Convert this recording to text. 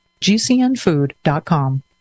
gcnfood.com